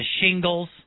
shingles